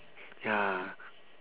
ya